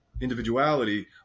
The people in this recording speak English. individuality